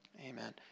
Amen